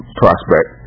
prospect